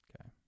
okay